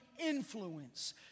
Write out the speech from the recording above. influence